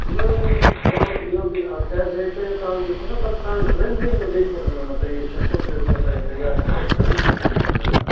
इहो थोरो इहो बि ख़ैर रेट जो तव्हां ॾिसो न तव्हां घणे ॾींहंनि में ॾेई सघंदो छह ड्रैसूं तयारु करे घणनि ॾींहंनि में तव्हां ॾेई सघंदा